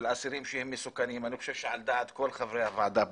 אסירים שהם מסוכנים אני חושב שעל דעת כל חברי הוועדה,